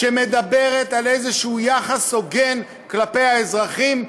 שמדברת על איזה יחס הוגן כלפי האזרחים,